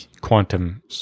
quantum